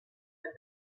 been